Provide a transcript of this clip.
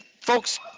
Folks